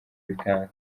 bikanga